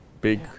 big